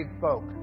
folk